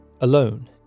alone